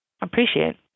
appreciate